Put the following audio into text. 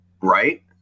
Right